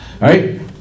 Right